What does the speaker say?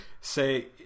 say